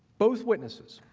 both witnesses,